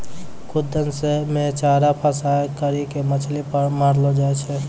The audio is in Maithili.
खुद्दन मे चारा फसांय करी के मछली मारलो जाय छै